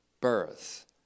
birth